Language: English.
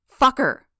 Fucker